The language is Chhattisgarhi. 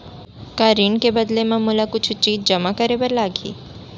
का ऋण के बदला म मोला कुछ चीज जेमा करे बर लागही?